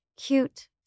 cute